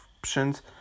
options